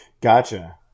Gotcha